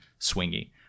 swingy